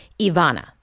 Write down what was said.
Ivana